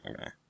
okay